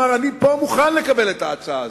אמר: אני מוכן לקבל את ההצעה הזאת.